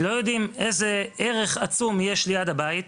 לא יודעים איזה ערך עצום יש לי הבית,